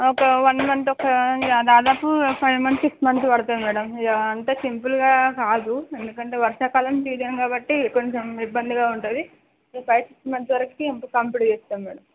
ఒక one month ఒక దాదాపు ఫైవ్ మంత్స్ సిక్స్ మంత్స్ పడుతుంది మ్యాడమ్ ఇక అంత సింపుల్గా కాదు ఎందుకంటే వర్షా కాలం సీజన్ కాబట్టి కొంచెం ఇబ్బందిగా ఉంటుంది ఒక ఫైవ్ సిక్స్ మంత్స్ వరకు కంప్లీట్ చేస్తాము మేడం